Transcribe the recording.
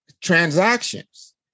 transactions